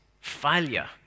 failure